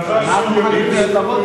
למערכת הביטחון,